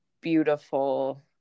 beautiful